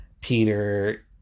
Peter